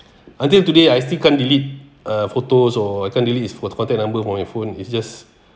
until today I still can't delete uh photos or I can't really his contact number from your phone it's just